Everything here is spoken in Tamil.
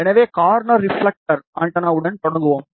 எனவே கார்னர் ரிப்ஃலெக்டர் ஆண்டெனாவுடன் தொடங்குவோம்